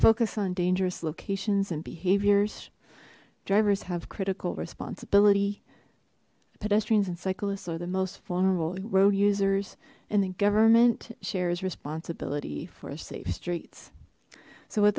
focus on dangerous locations and behaviors drivers have critical responsibility pedestrians and cyclists are the most vulnerable road users and the government shares responsibility for safe streets so w